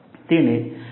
તેને 0